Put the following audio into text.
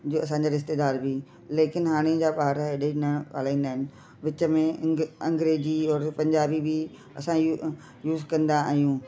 जीअं असांजा रिश्तेदार बि लेकिन हाणे जा ॿार एॾी न ॻल्हाईंदा आहिनि विच में अंग्रेजी और पंजाबी बि असां यूज़ कंदा आहियूं